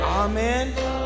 Amen